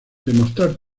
demostrar